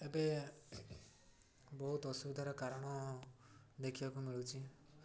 ଏବେ ବହୁତ ଅସୁବିଧାର କାରଣ ଦେଖିବାକୁ ମିଳୁଛି